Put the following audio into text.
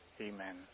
Amen